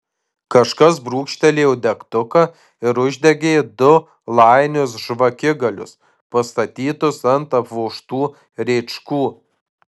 kažkas brūkštelėjo degtuką ir uždegė du lajinius žvakigalius pastatytus ant apvožtų rėčkų